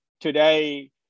Today